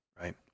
Right